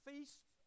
feast